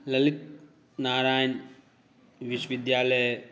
ललितनारायण विश्वविद्यालय